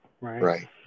right